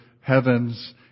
heavens